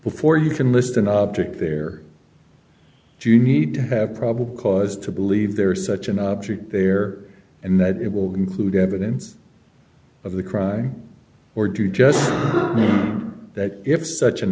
before you can list an object there do you need to have probable cause to believe there is such an object there and that it will include evidence of the crime or do just that if such an